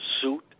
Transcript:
suit